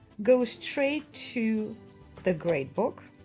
go straight to the grade book,